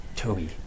Toby